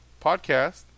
Podcast